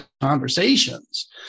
conversations